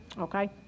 okay